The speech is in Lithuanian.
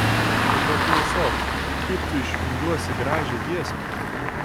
o be klausos kaip tu išvingiuosi gražią giesmę